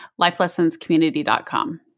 lifelessonscommunity.com